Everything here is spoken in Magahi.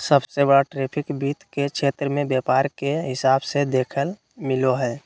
सबसे बड़ा ट्रैफिक वित्त के क्षेत्र मे व्यापार के हिसाब से देखेल मिलो हय